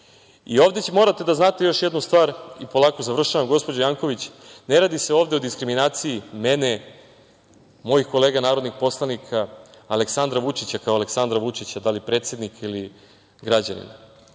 već morate da znate još jednu stvar. Polako završavam, gospođo Janković. Ne radi se ovde o diskriminaciji mene, mojih kolega narodnih poslanika, Aleksandra Vučića kao Aleksandra Vučića, da li predsednika ili građanina.